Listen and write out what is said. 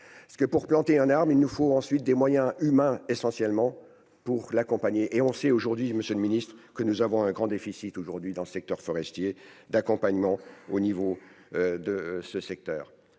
pour planter un arbre, il nous faut ensuite des moyens humains, essentiellement pour l'accompagner et on sait aujourd'hui, Monsieur le Ministre, que nous avons un grand déficit aujourd'hui dans le secteur forestier d'accompagnement au niveau de ce secteur,